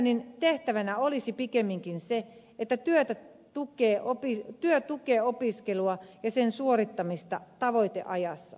työssäkäynnin tehtävänä olisi pikemminkin se että työ tukee opiskelua ja sen suorittamista tavoiteajassa